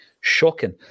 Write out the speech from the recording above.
Shocking